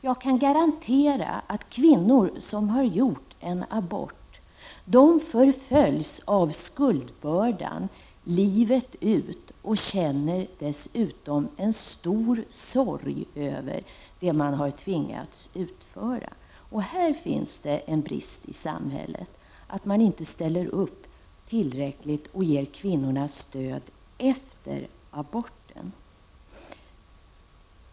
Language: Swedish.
Jag kan garantera att kvinnor som har gjort en abort livet ut förföljs av skuldbördan och dessutom känner en stor sorg över vad de har tvingats göra. Det är en brist i samhället att man inte tillräckligt ställer upp och ger kvinnorna stöd efter aborten.